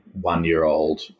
one-year-old